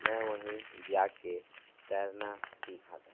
मैं वहीं जा कर तैरना सीखा था